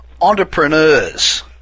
Entrepreneurs